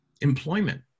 employment